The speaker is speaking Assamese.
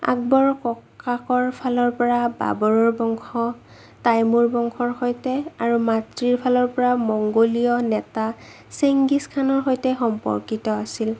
আকবৰ ককাকৰ ফালৰ পৰা বাবৰৰ বংশ তাইমূৰ বংশৰ সৈতে আৰু মাতৃৰ ফালৰ পৰা মংগোলীয় নেতা শিংগিছ খানৰ সৈতে সম্পৰ্কিত আছিল